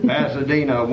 Pasadena